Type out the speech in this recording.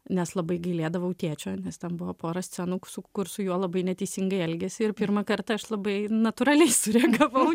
nes labai gailėdavau tėčio nes ten buvo pora scenų su kur su juo labai neteisingai elgėsi ir pirmą kartą aš labai natūraliai sureagavau